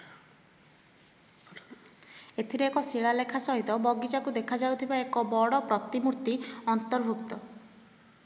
ଏଥିରେ ଏକ ଶିଳାଲେଖ ସହିତ ବଗିଚାକୁ ଦେଖାଯାଉଥିବା ଏକ ବଡ଼ ପ୍ରତିମୂର୍ତ୍ତି ଅନ୍ତର୍ଭୁକ୍ତ